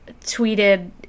tweeted